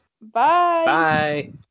bye